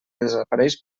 desapareix